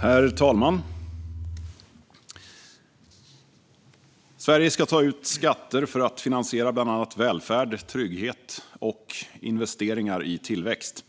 Herr talman! Sverige ska ta ut skatter för att finansiera bland annat välfärd, trygghet och investeringar i tillväxt.